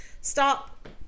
stop